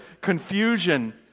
confusion